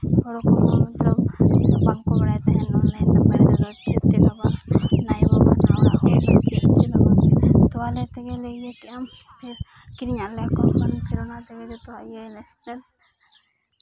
ᱦᱚᱲ ᱠᱚᱦᱚᱸ ᱵᱟᱝ ᱠᱚ ᱵᱟᱲᱟᱭ ᱛᱟᱦᱮᱱᱟ ᱪᱮᱫ ᱛᱮᱦᱚᱸ ᱵᱟᱝ ᱛᱳ ᱟᱞᱮ ᱛᱮᱜᱮ ᱞᱮ ᱤᱭᱟᱹ ᱠᱮᱫᱼᱟ ᱯᱷᱤᱨ ᱠᱤᱨᱤᱧ ᱟᱜ ᱞᱮᱭᱟ ᱠᱚ ᱯᱷᱳᱱ ᱚᱱᱟ ᱛᱮᱜᱮ ᱡᱚᱛᱚᱣᱟᱜ